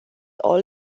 all